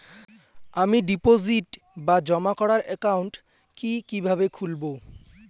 আমি ডিপোজিট বা জমা করার একাউন্ট কি কিভাবে খুলবো?